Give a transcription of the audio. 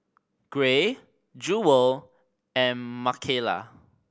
Gray Jewel and Makayla